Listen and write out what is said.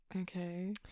Okay